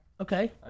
Okay